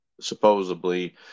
supposedly